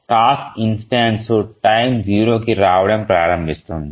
task instance time 0కి రావడం ప్రారంభిస్తుంది